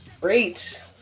Great